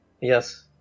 Yes